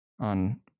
on